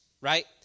right